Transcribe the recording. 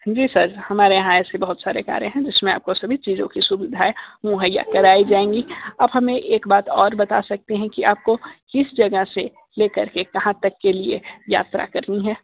जी sir हमारे यहाँ ऐसे बहुत सारे कारें हैं जिसमें आपको सभी चीजों की सुविधाएं मुहैया कराई जाएंगी अब हमें एक बात और बता सकते हैं कि आपको इस जगह से लेकर के कहाँ तक के लिए यात्रा करनी है